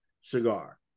cigar